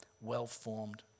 well-formed